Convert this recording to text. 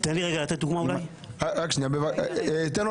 כל מה